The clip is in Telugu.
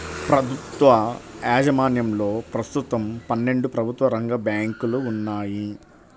ప్రభుత్వ యాజమాన్యంలో ప్రస్తుతం పన్నెండు ప్రభుత్వ రంగ బ్యాంకులు ఉన్నాయి